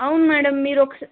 అవును మేడం మీరొకసా